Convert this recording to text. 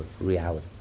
reality